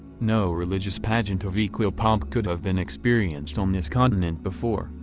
no religious pageant of equal pomp could have been experienced on this continent before,